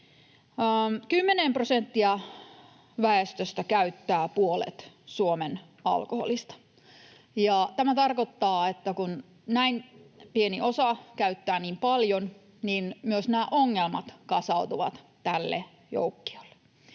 väestöstä käyttää puolet Suomen alkoholista, ja tämä tarkoittaa, että kun näin pieni osa käyttää niin paljon, niin myös ongelmat kasautuvat tälle joukkiolle.